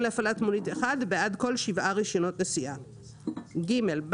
להפעלת מונית אחד בעד כל ששה רישיונות נסיעה מרישיון